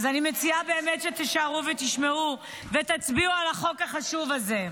אז אני מציעה באמת שתישארו ותשמעו ותצביעו על החוק החשוב הזה.